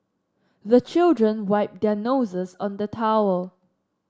the children wipe their noses on the towel